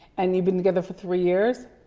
and you've been together for three years?